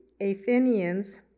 Athenians